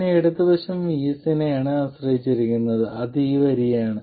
പിന്നെ ഇടതു വശം VS നെയാണ് ആശ്രയിക്കുന്നത് അത് ഈ വരിയാണ്